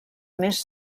més